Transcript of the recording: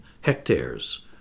hectares